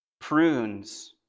prunes